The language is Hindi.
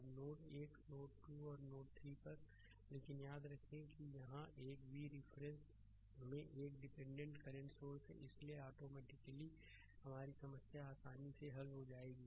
अब नोड 1 नोड 2 और नोड 3 पर लेकिन याद रखें कि यहाँ यह v के रिफरेंस में एक डिपेंडेंटdepende करंट सोर्स है इसलिए ऑटोमेटेकली हमारी समस्या आसानी से हल हो जाएगी